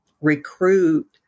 recruit